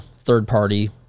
third-party